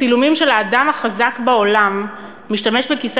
הצילומים של האדם החזק בעולם משתמש בכיסא